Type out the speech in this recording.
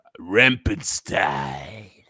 Rempenstein